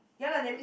ya lah then